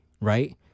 right